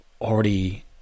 already